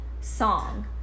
song